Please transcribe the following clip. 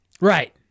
Right